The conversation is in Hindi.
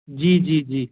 जी जी जी